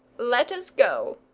let us go.